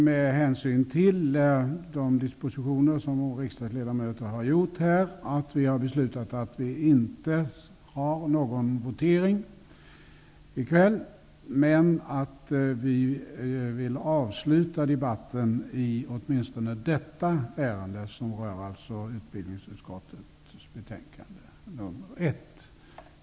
Med hänsyn till de dispositioner som riksdagsledamöter har gjort har vi beslutat att inte företa någon votering i kväll men att kammaren avslutar debatten i åtminstone detta ärende.